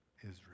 Israel